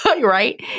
right